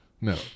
No